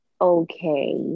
okay